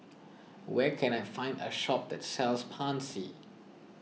where can I find a shop that sells Pansy